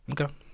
Okay